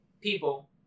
people